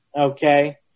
okay